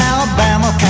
Alabama